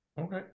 Okay